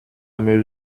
mesure